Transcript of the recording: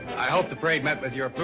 i hope the parade met with your